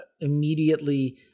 immediately